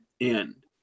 end